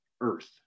Earth